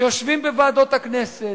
שיושבים בוועדות הכנסת,